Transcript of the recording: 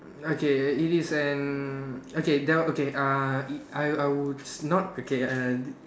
okay it is an okay there okay uh is I was I was not okay and I